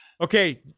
Okay